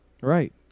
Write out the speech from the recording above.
Right